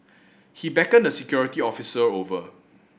he beckoned a security officer over